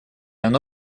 оно